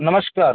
नमस्कार